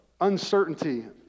uncertainty